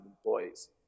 employees